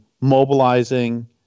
mobilizing